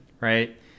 right